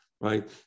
Right